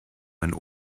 mein